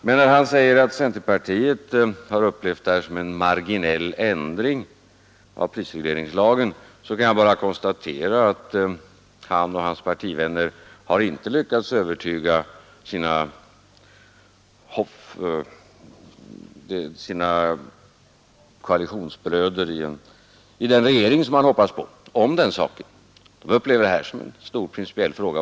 Men när han säger att centerpartiet har upplevt det här som en marginell ändring av prisregleringslagen, kan jag bara konstatera att han och hans partivänner inte har lyckats övertyga sina koalitionsbröder i den regering som han hoppas på. De upplever det här som en stor principiell fråga.